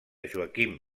joaquim